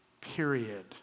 Period